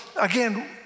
again